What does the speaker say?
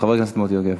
חבר הכנסת מוטי יוגב.